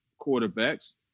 quarterbacks